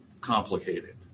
complicated